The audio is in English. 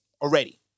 already